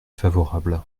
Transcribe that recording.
favorable